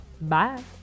bye